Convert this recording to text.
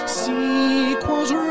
sequels